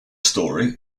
story